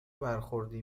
برخوردی